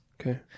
Okay